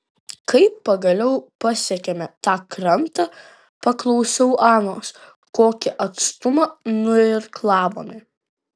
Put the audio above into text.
kai pagaliau pasiekėme tą krantą paklausiau anos kokį atstumą nuirklavome